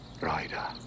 Rider